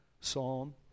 psalm